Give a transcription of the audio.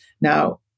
Now